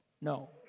No